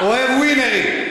אוהב "ווינרים".